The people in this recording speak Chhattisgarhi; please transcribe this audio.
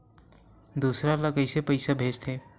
दूसरा ला कइसे पईसा भेजथे?